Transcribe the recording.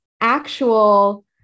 actual